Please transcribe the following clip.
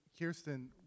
Kirsten